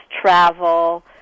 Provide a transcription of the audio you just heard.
travel